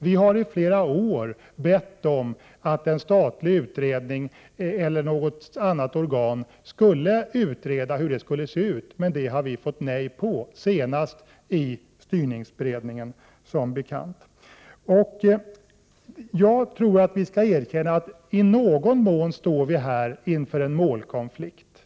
Vi har i flera år bett om att en statlig utredning, eller något annat organ, skulle utreda hur detta system skall se ut. Men vi har fått ett nej till svar, nu senast av styrningsberedningen. Jag tror att vi i någon mån måste erkänna att vi här står inför en målkonflikt.